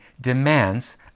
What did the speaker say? demands